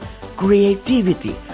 creativity